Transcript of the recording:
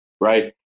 right